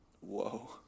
Whoa